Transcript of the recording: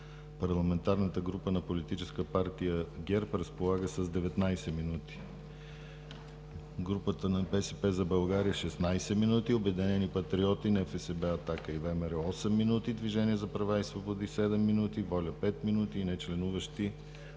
Парламентарната група на Политическа партия ГЕРБ разполага с 19 минути; групата на „БСП за България“ – 16 минути; „Обединени патриоти – НФСБ, Атака и ВМРО“ – осем минути; Движение за права и свободи – седем минути; „Воля“ – пет минути, и нечленуващи